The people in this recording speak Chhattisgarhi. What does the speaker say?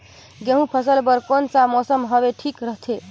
गहूं के फसल बर कौन सा मौसम हवे ठीक रथे?